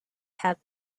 have